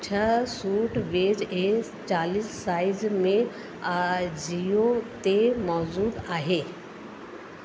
छा suit beige ऐ चालीह साईज़ में आजियो ते मौज़ूद आहे